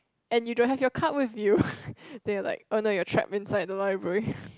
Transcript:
and you don't have your card with you then you like oh no you're trapped inside in the library